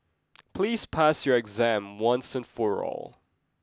please pass your exam once and for all